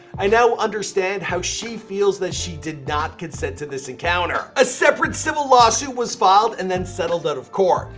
i now understand how she feels that she did not consent to this encounter. a separate civil lawsuit was filed and then settled out of court.